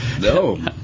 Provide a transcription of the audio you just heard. No